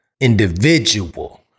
individual